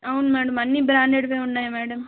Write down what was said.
అవును మేడం అన్నీ బ్రాండెడ్వే ఉన్నాయి మేడం